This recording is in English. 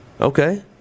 Okay